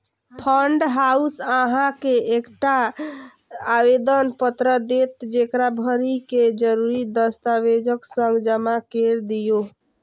fund house अहां के एकटा आवेदन पत्र देत, जेकरा भरि कें जरूरी दस्तावेजक संग जमा कैर दियौ